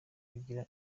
kugira